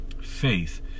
faith